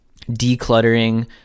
decluttering